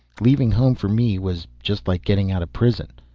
leaving home for me was just like getting out of prison.